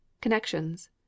Connections